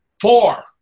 Four